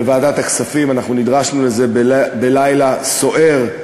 בוועדת הכספים אנחנו נדרשנו לזה בלילה סוער,